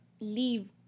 leave